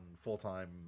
full-time